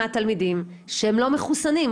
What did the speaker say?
מהתלמידים שהם לא מחוסנים,